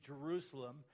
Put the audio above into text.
Jerusalem